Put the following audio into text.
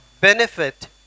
benefit